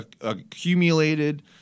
accumulated